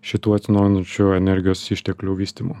šitų atsinaujinančių energijos išteklių vystymu